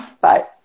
bye